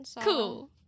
Cool